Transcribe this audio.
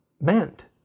meant